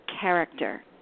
character